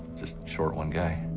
just short one guy.